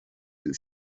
you